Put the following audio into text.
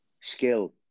skill